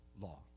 law